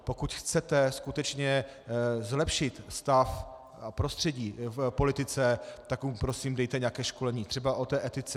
Pokud chcete skutečně zlepšit stav a prostředí v politice, tak mu prosím dejte nějaké školení třeba o té etice.